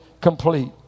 complete